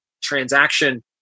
transaction